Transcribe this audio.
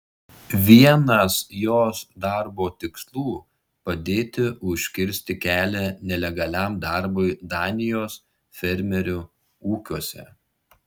vienas jos darbo tikslų padėti užkirsti kelią nelegaliam darbui danijos fermerių ūkiuose